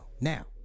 Now